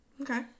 Okay